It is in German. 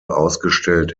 ausgestellt